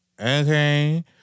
Okay